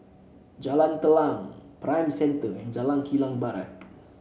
Jalan Telang Prime Centre and Jalan Kilang Barat